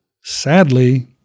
sadly